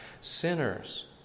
sinners